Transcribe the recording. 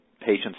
patients